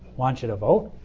want you to vote.